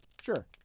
Sure